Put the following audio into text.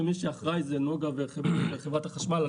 ומי שאחראי זה נגה וחברת החשמל.